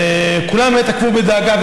וכולם עקבו בדאגה.